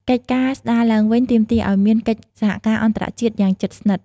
កិច្ចការស្ដារឡើងវិញទាមទារឱ្យមានកិច្ចសហការអន្តរជាតិយ៉ាងជិតស្និទ្ធ។